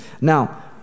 Now